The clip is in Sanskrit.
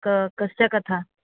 का कस्य कथा